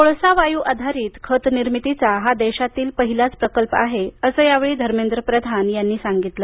कोळसा वायू आधारीत खत निर्मितीचा हा देशातील पहिला प्रकल्प आहे असं या वेळी धर्मेंद्र प्रधान यांनी सांगितलं